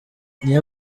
niyo